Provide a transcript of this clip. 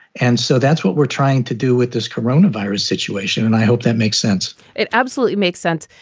and so that's what we're trying to do with this corona virus situation. and i hope that makes sense it absolutely makes sense.